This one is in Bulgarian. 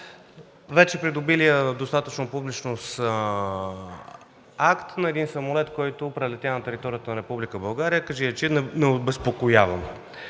вече придобилия достатъчно публичност акт на един самолет, който прелетя над територията на Република България кажи-речи необезпокояван.